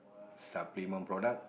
supplement product